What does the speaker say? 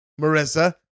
Marissa